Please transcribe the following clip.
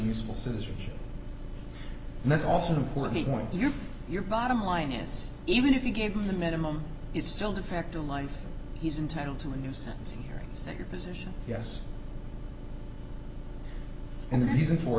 useful citizenship and that's also important when you're your bottom line is even if you gave him the minimum is still the fact of life he's entitled to a new sentencing hearing is that your position yes and the reason for